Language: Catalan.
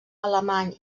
alemany